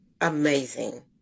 amazing